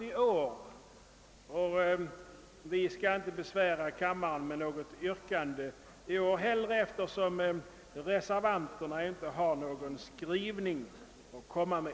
Vi skall inte heller i år besvära kammaren med något yrkande, eftersom reservanterna inte har någon skrivning att komma med.